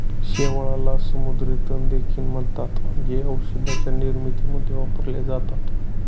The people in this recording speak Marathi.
शेवाळाला समुद्री तण देखील म्हणतात, जे औषधांच्या निर्मितीमध्ये वापरले जातात